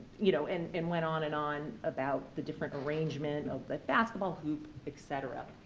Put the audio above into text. you know and and went on and on about the different arrangement of the basketball hoop, et cetera.